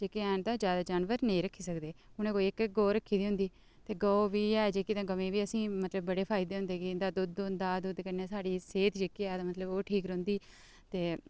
जेह्के हैन तां ओह् जैदा जानवर नेईं रक्खी सकदे उ'नें कोई इक इक गौ रक्खी दी होंदी ते गौ बी है जेह्की ते इदे बी असें गी मते बड़े फायदे होदें इं'दा दुद्ध होंदा दुद्ध कन्नै साढ़ी सेहत जेह्की ऐ तां मतलब ओह् ठीक रौंहदी ते